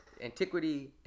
antiquity